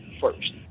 first